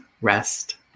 rest